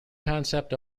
concept